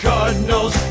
Cardinals